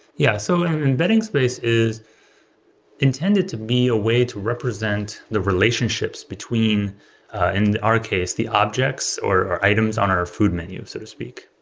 yeah. so an embedding space is intended to be a way to represent the relationships between and in our case the objects or items on our food menu, so to speak.